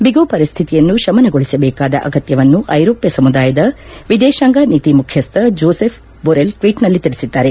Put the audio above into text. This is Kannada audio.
ಬಿಗು ಪರಿಸ್ಥಿತಿಯನ್ನು ಶಮನಗೊಳಿಸಬೇಕಾದ ಅಗತ್ಯವನ್ನು ಐರೋಪ್ಯ ಸಮುದಾಯದ ವಿದೇಶಾಂಗ ನೀತಿ ಮುಖ್ಯಸ್ದ ಜೋಸೆಫ್ ಬೋರೆಲ್ ಟ್ವೀಟ್ನಲ್ಲಿ ತಿಳಿಸಿದ್ದಾರೆ